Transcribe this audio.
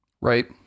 right